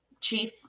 chief